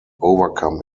overcome